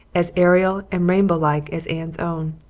as aerial and rainbow-like as anne's own.